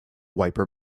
wiper